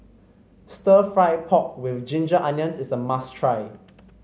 stir fry pork with Ginger Onions is a must try